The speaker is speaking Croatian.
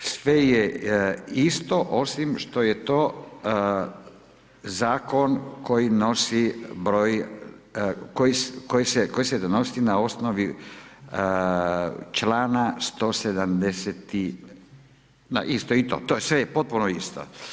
Sve je isto osim što je to Zakon koji nosi broj, koji se donosi na osnovi čl. 17?, da isto, i to, to sve je potpuno isto.